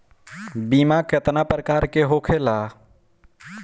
बीमा केतना प्रकार के होखे ला?